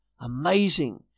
Amazing